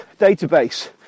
database